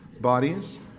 bodies